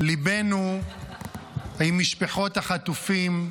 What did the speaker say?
ליבנו עם משפחות החטופים,